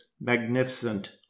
magnificent